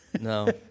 no